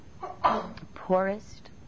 poorest